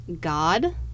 god